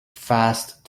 fast